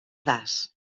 das